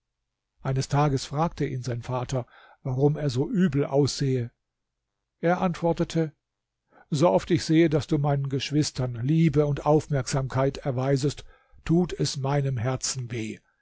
eines tages fragte ihn sein vater warum er so übel aussehe er antwortete so oft ich sehe daß du meinen geschwistern liebe und aufmerksamkeit erweisest tut es meinem herzen weh